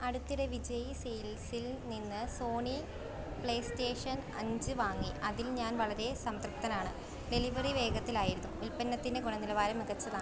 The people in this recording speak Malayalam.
ഞാൻ അടുത്തിടെ വിജയ് സെയിൽസിൽനിന്ന് സോണി പ്ലേസ്റ്റേഷൻ അഞ്ച് വാങ്ങി അതിൽ ഞാൻ വളരെ സംതൃപ്തനാണ് ഡെലിവറി വേഗത്തിലായിരുന്നു ഉൽപ്പന്നത്തിൻ്റെ ഗുണനിലവാരം മികച്ചതാണ്